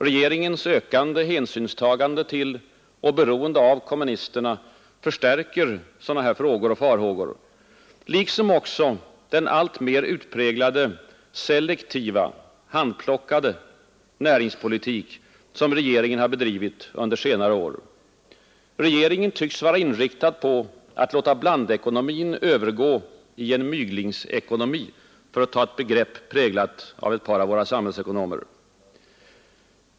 Regeringens ökande hänsynstagande till och beroende av kommunisterna förstärker sådana frågor och farhågor, liksom också den alltmer utpräglade selektiva, handplockade näringspolitik som regeringen har bedrivit under senare år. Regeringen tycks vara inriktad på att låta blandekonomin övergå i en myglingsekonomi, för att ta ett begrepp präglat av ett par av våra samhällsekonomer.